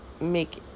make